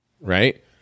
Right